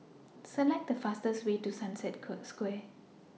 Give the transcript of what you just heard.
Select The fastest Way to Sunset Square